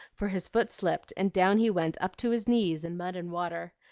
for his foot slipped and down he went up to his knees in mud and water.